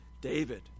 David